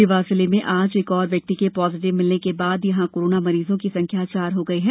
देवास जिले में आज एक और व्यक्ति के पॉजिटिव मिलने के बाद यहां कोरोना मरीजों की संख्या चार हो गई है